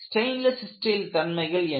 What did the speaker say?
stainless steel தன்மைகள் என்ன